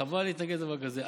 חבל להתנגד לדבר כזה.